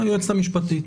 שנכון